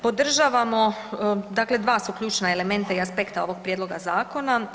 Podržavamo, dakle dva su ključna elementa i aspekta ovoga prijedloga zakona.